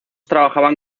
trabajaban